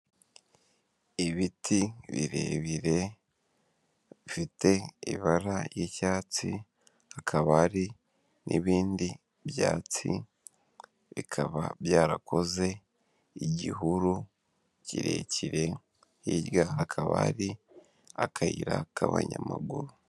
Ibiti birebire bifite ibara ry'icyatsi, hakaba hari n'ibindi byatsi, bikaba byarakoze igihuru kirekire hirya hakaba ari akayira k'abanyamaguru.